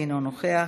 אינו נוכח,